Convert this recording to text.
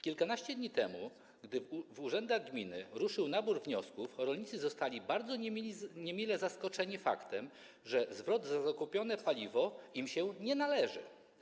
Kilkanaście dni temu, gdy w urzędach gminy ruszył nabór wniosków, rolnicy zostali bardzo niemile zaskoczeni faktem, że zwrot za zakupione paliwo im się nie należy.